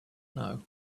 know